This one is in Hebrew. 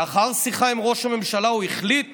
לאחר שיחה עם ראש הממשלה הוא החליט